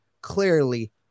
clearly